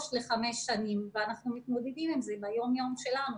לחמש שנים ואנחנו מתמודדים עם זה ביום יום שלנו.